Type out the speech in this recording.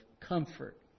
comfort